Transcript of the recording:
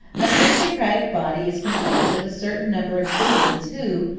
an aristocratic body is composed of a certain number of citizens who,